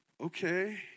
okay